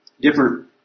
different